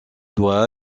doit